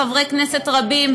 חברי כנסת רבים,